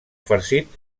farcit